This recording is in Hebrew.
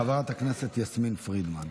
חברת הכנסת יסמין פרידמן.